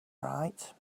right